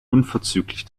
unverzüglich